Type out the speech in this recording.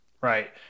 right